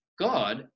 God